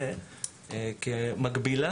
וברגע